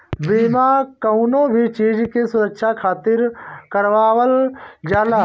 बीमा कवनो भी चीज के सुरक्षा खातिर करवावल जाला